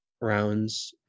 rounds